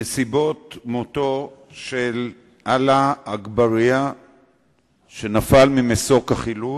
נסיבות מותו של עלא אגבאריה שנפל ממסוק חילוץ,